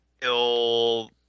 ill